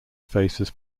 faces